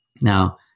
Now